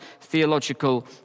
theological